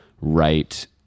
right